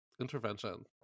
intervention